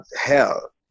hell